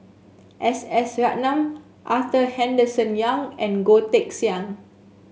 S S Ratnam Arthur Henderson Young and Goh Teck Sian